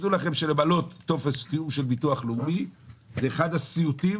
תדעו לכם שלמלא טופס של ביטוח לאומי זה אחד הסיוטים,